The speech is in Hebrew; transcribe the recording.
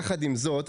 יחד עם זאת,